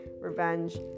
revenge